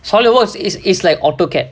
solid works is is like auto cap